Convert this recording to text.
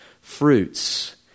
fruits